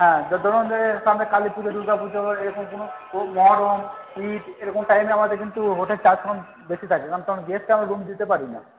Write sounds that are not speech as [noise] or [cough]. হ্যাঁ ধরুন সামনে কালী পুজো দুর্গা পুজো এসবগুলো মহরম ঈদ এরকম টাইমে আমাদের কিন্তু হোটেলের চার্জ [unintelligible] বেশি থাকে কারণ তখন গেস্ট [unintelligible] আমরা রুম দিতে পারি না